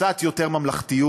קצת יותר ממלכתיות,